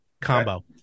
combo